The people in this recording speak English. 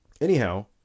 anyhow